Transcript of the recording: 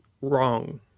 wrong